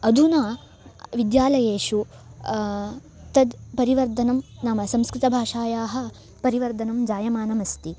अधुना विद्यालयेषु तद् परिवर्धनं नाम संस्कृतभाषायाः परिवर्धनं जायमानम् अस्ति